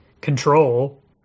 control